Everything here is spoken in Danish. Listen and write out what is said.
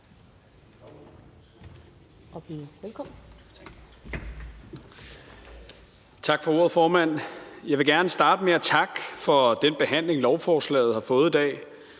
Tak for ordet, formand. Jeg vil gerne starte med at takke for den behandling, som lovforslaget har fået i dag.